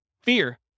Fear